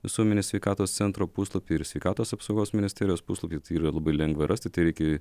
visuomenės sveikatos centro puslapy ir sveikatos apsaugos ministerijos puslapyj tai yra labai lengva rasti tereikia